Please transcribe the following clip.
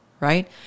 Right